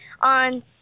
On